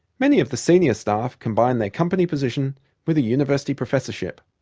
many of the senior staff combine their company position with a university professorship.